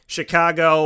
Chicago